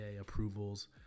approvals